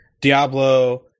Diablo